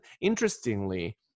interestingly